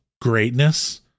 greatness